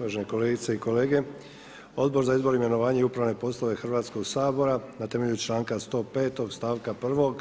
Uvažene kolegice i kolege, Odbor za izbor i imenovanje i upravne poslove Hrvatskog sabora na temelju članka 105. stavka 1.